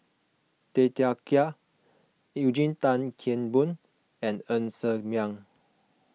Tay Teow Kiat Eugene Tan Kheng Boon and Ng Ser Miang